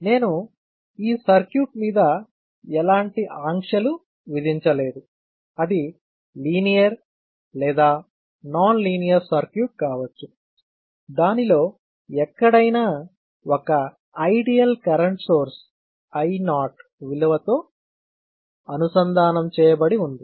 నేను ఈ సర్క్యూట్ మీద ఎలాంటి ఆంక్షలు విధించలేదు అది లీనియర్ లేదా నాన్ లీనియర్ సర్క్యూట్ కావచ్చు దానిలో ఎక్కడైనా ఒక ఐడియల్ కరెంట్ సోర్స్ I0 విలువ తో అనుసంధానం చేయబడి ఉంది